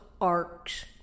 arcs